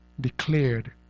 declared